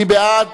מי בעד?